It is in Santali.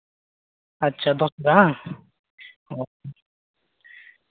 ᱟᱪᱪᱷᱟ ᱫᱚᱥ ᱴᱟᱠᱟ ᱦᱟᱝ ᱚᱸᱻ